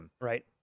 Right